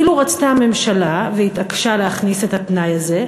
אילו רצתה הממשלה והתעקשה להכניס את התנאי הזה,